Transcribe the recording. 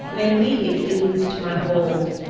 i immediately loosed my hold.